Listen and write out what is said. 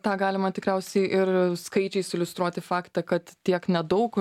tą galima tikriausiai ir skaičiais iliustruoti faktą kad tiek nedaug